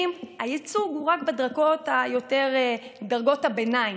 הייצוג הוא רק יותר בדרגות הביניים,